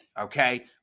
Okay